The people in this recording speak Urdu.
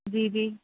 جی جی